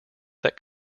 that